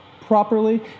properly